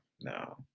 no